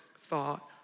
thought